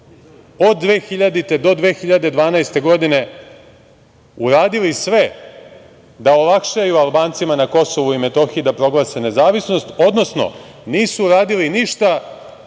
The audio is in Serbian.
od 2000. do 2012. godine, uradili sve da olakšaju Albancima na Kosovu i Metohiji da proglase nezavisnost, odnosno nisu uradili ništa